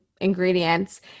ingredients